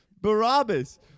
Barabbas